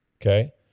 okay